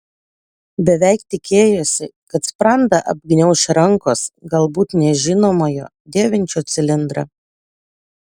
beveik tikėjosi kad sprandą apgniauš rankos galbūt nežinomojo dėvinčio cilindrą